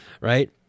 right